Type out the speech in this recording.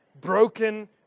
broken